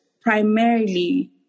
primarily